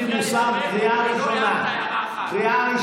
אני לא רוצה ביום האחרון לקרוא לך.